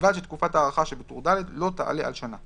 ובלבד שתקופת ההארכה שבטור ד' לא תעלה על שנה.